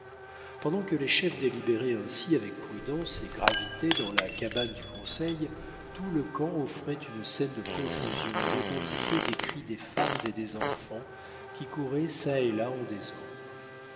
pendant que les chefs délibéraient ainsi avec prudence et gravité dans la cabane du conseil tout le camp offrait une scène de confusion et retentissait des cris des femmes et des enfants qui couraient çà et là en désordre